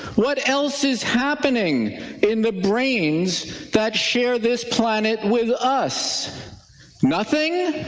what else is happening in the brains that share this climate with us nothing